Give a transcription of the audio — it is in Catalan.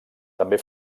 també